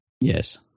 Yes